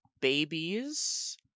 babies